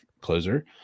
closer